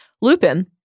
Lupin